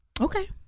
Okay